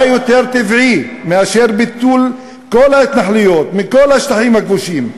מה יותר טבעי מאשר ביטול כל ההתנחלויות בכל השטחים הכבושים,